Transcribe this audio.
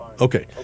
Okay